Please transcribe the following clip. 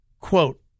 Quote